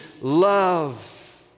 love